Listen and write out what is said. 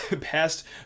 past